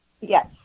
Yes